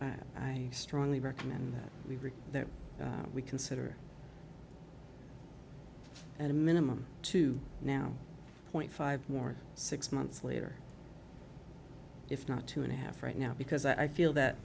i strongly recommend that we read that we consider at a minimum to now point five or six months later if not two and a half right now because i feel that